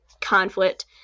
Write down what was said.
conflict